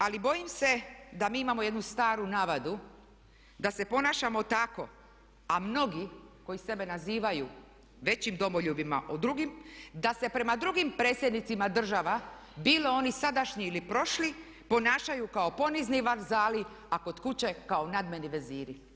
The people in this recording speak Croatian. Ali bojim se da mi imamo jednu staru navadu da se ponašamo tako a mnogi koji sebe nazivaju većim domoljubima od drugih, da se prema drugim predsjednicima država bili oni sadašnji ili prošli, ponašaju kao ponizni vazali a kod kuće kao nadmeni veziri.